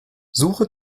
suche